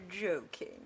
joking